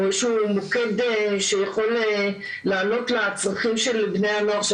איזה שהוא מוקד שיכול לענות לצרכים של בני הנוער,